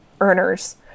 earners